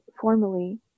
formally